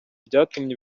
ryatumye